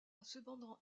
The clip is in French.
cependant